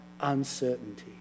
uncertainty